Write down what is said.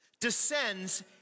descends